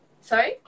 Sorry